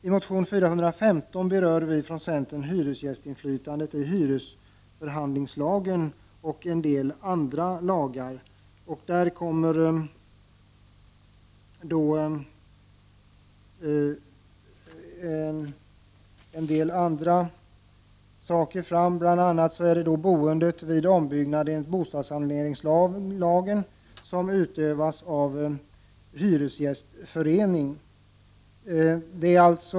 I motion 415 berör centern hyresgästinflytandet enligt hyresförhandlingslagen och enligt en del andra lagar. I denna motion tas även en del annat upp, t.ex. boendet vid ombyggnad enligt bostadssaneringslagen, då inflytandet utövas av en hyresgästförening.